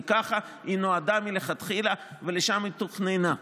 כי ככה היא נועדה להיות מלכתחילה וכך היא תוכננה.